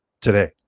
today